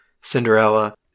Cinderella